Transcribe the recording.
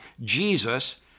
Jesus